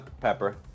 pepper